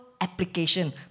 application